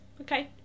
okay